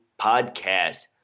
Podcast